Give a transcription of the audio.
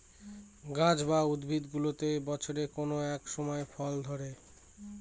গাছ বা উদ্ভিদগুলোতে বছরের কোনো এক সময় ফল ধরে